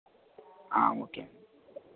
okay